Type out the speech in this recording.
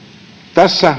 tässä